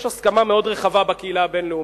יש הסכמה מאוד רחבה בקהילה הבין-לאומית,